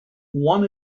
won